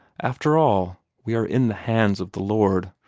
after all, we are in the hands of the lord.